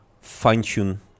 fine-tune